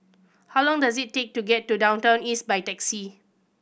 how long does it take to get to Downtown East by taxi